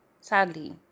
sadly